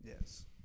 Yes